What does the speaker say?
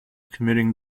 committing